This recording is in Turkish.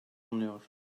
bulunuyor